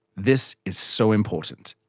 this is so important.